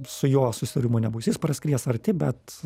su juo susidurimo nebus jis praskries arti bet